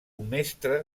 mestre